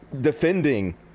defending